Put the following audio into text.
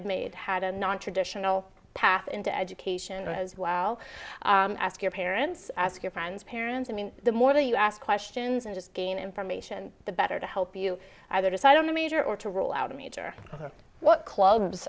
have made had a nontraditional path into education as well ask your parents ask your friend's parents i mean the more you ask questions and just gain information the better to help you either decide on the major or to rule out a major or what cl